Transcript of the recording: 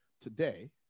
Today